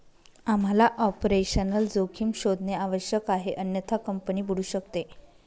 आम्हाला ऑपरेशनल जोखीम शोधणे आवश्यक आहे अन्यथा कंपनी बुडू शकते